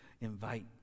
invite